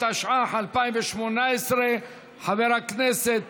התשע"ח 2018. חבר הכנסת